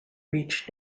reach